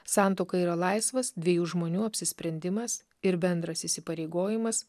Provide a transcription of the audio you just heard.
santuoka yra laisvas dviejų žmonių apsisprendimas ir bendras įsipareigojimas